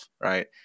right